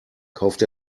kauft